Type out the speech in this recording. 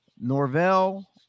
Norvell